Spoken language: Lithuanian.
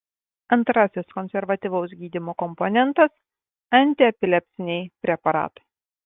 antrasis konservatyvaus gydymo komponentas antiepilepsiniai preparatai